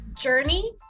journey